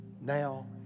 now